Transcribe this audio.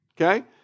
okay